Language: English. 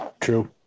True